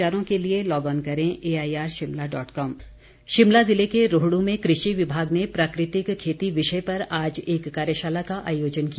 कार्यशाला शिमला जिले के रोहडू में कृषि विभाग ने प्राकृतिक खेती विषय पर आज एक कार्यशाला का आयोजन किया